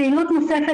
פעילות נוספת,